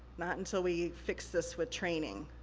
not until we fix this with training.